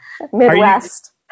Midwest